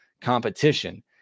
competition